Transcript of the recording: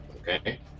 Okay